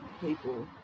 people